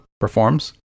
performs